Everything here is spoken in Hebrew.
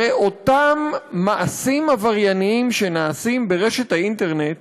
הרי אותם מעשים עברייניים שנעשים באינטרנט